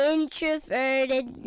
Introverted